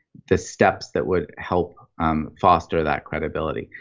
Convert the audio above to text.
the steps that would help um foster that credibility.